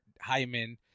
Hyman